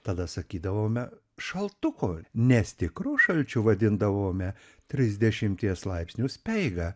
tada sakydavome šaltuko nes tikru šalčiu vadindavome trisdešimties laipsnių speigą